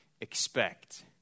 expect